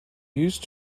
used